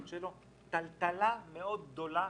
טלטלה מאוד גדולה